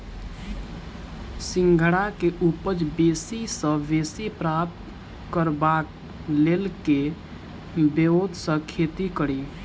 सिंघाड़ा केँ उपज बेसी सऽ बेसी प्राप्त करबाक लेल केँ ब्योंत सऽ खेती कड़ी?